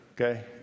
Okay